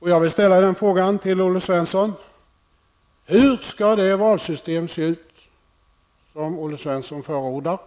Låt mig fråga Olle Svensson: Hur skall det valsystemet se ut som Olle Svensson förordar?